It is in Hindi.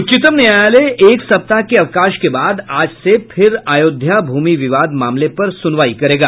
उच्चतम न्यायालय एक सप्ताह के अवकाश के बाद आज से फिर अयोध्या भूमि विवाद मामले पर सुनवाई करेगा